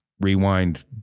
Rewind